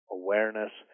awareness